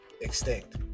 extinct